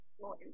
more